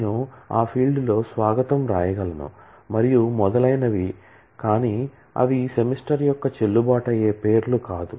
నేను ఆ ఫీల్డ్లో స్వాగతం వ్రాయగలను మరియు మొదలైనవి కానీ అవి సెమిస్టర్ యొక్క చెల్లుబాటు అయ్యే పేర్లు కాదు